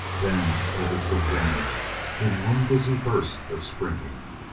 then overtook them in one dizzy burst of sprinting.